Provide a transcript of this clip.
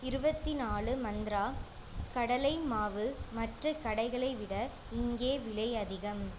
இருபத்தி நாலு மந்த்ரா கடலை மாவு மற்ற கடைகளை விட இங்கே விலை அதிகம்